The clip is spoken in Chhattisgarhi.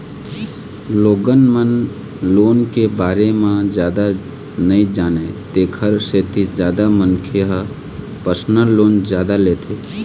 लोगन मन लोन के बारे म जादा नइ जानय तेखर सेती जादा मनखे ह परसनल लोन जादा लेथे